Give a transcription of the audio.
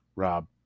Rob